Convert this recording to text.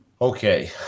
Okay